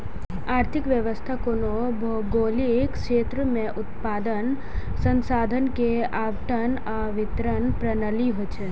आर्थिक व्यवस्था कोनो भौगोलिक क्षेत्र मे उत्पादन, संसाधन के आवंटन आ वितरण प्रणाली होइ छै